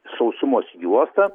sausumos juosta